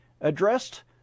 addressed